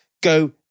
go